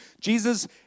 Jesus